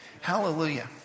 Hallelujah